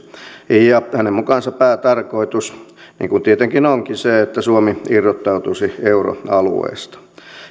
ja ja hänen mukaansa päätarkoitus on niin kuin tietenkin onkin se että suomi irrottautuisi euroalueesta